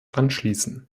anschließen